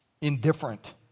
indifferent